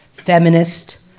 Feminist